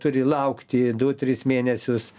turi laukti du tris mėnesius